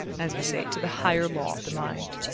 as we say, to the higher law of the mind.